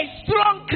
strong